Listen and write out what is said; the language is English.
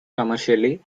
commercially